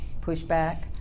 pushback